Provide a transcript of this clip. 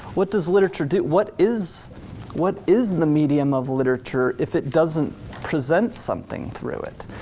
what does literature do? what is what is the medium of literature if it doesn't present something through it?